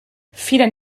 vielen